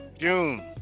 June